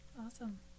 awesome